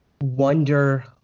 wonder